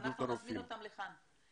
אנחנו נזמין אותם לכאן.